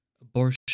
Abortion